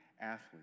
athletes